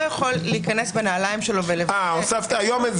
יכול להיכנס בנעליים שלו --- הוספת את זה היום?